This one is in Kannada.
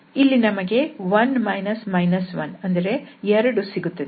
ಇಲ್ಲಿ ನಮಗೆ 2 ಸಿಗುತ್ತದೆ